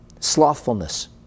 slothfulness